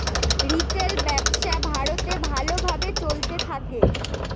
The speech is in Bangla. রিটেল ব্যবসা ভারতে ভালো ভাবে চলতে থাকে